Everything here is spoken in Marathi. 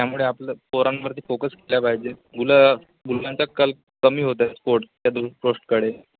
त्यामुळे आपलं पोरांवरती फोकस केलं पाहिजे मुलं मुलांचा कल कमी होत आहे स्पोर्ट त्या दु पोस्टकडे